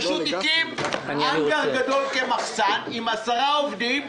פשוט הקים האנגר גדול כמחסן עם עשרה עובדים.